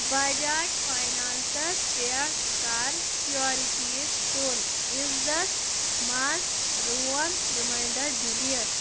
Bajaj finance پٮ۪ٹھ کَر securities کُن عِزَس منٛز رون ریمانڑر ڈِلیٖٹ